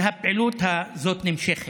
והפעילות הזאת נמשכת.